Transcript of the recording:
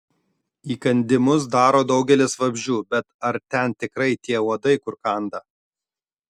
įkandimus daro daugelis vabzdžių bet ar ten tikrai tie uodai kur kanda